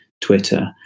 Twitter